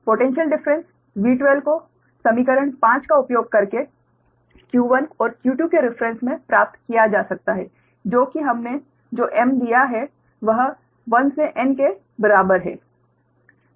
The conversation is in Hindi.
पोटैन्श्यल डिफ़्रेंस V12 को समीकरण 5 का उपयोग करके q1 और q2 के रिफ्रेन्स में प्राप्त किया जा सकता है जो कि हमने जो m दिया है वह 1 से n के बराबर है